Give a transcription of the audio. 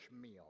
meal